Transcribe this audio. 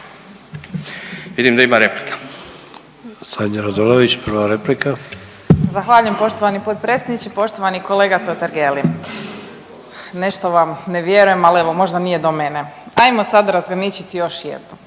RAdolović prva replika. **Radolović, Sanja (SDP)** Zahvaljujem poštovani potpredsjedniče. Poštovani kolega Totgergeli, nešto vam ne vjerujem al evo možda nije do mene. Ajmo sad razgraničiti još jednom.